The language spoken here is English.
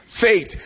Faith